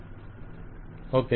vendor okay